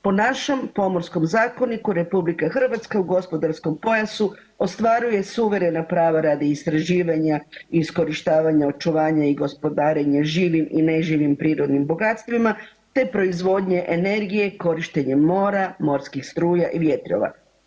Po našem Pomorskom zakoniku RH u gospodarskom pojasu ostvaruje suverena prava radi istraživanja i iskorištavanja, očuvanja i gospodarenja živim i neživim prirodnim bogatstvima, te proizvodnje energije korištenjem mora, morskih struja i vjetrova.